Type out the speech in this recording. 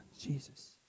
Jesus